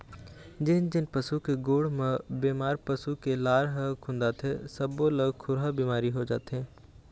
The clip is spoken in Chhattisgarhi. जेन जेन पशु के गोड़ म बेमार पसू के लार ह खुंदाथे सब्बो ल खुरहा बिमारी हो जाथे